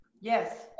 Yes